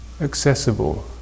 accessible